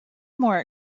more